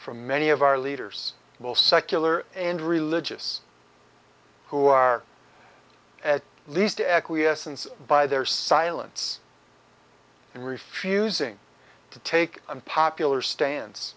for many of our leaders will secular and religious who are at least acquiescence by their silence and refusing to take on popular stan